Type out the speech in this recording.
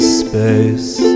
space